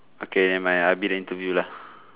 okay never mind I'll be the interview lah